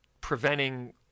preventing